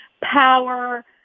power